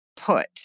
put